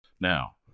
Now